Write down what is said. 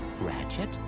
Ratchet